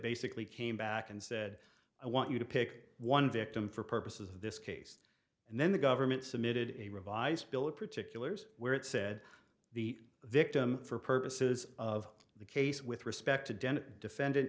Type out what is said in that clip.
basically came back and said i want you to pick one victim for purposes of this case and then the government submitted a revised bill of particulars where it said the victim for purposes of the case with respect to de